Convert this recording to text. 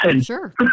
Sure